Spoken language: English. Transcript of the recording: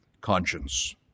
conscience